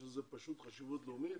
יש לזה חשיבות לאומית